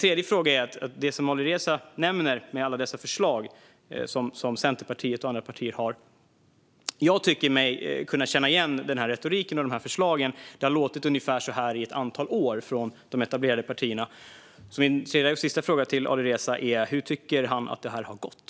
Vad gäller det som Alireza nämner om alla dessa förslag som Centerpartiet och andra partier har tycker jag mig kunna känna igen både retoriken och förslagen. Det har låtit ungefär så här i ett antal år från de etablerade partierna. Min tredje och sista fråga till Alireza är: Hur tycker han att det här har gått?